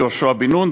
יהושע בן נון,